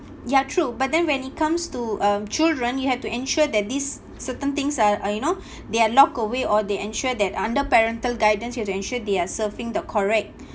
ya true but then when it comes to um children you have to ensure that these certain things are are you know they are locked away or they ensure that under parental guidance you have to ensure they are surfing the correct